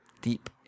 Deep